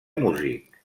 músic